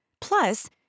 Plus